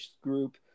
group